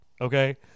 Okay